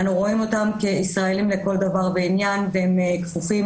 אנחנו רואים אותם כישראלים לכל דבר ועניין והם כפופים